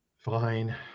fine